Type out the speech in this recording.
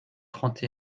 trente